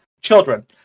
children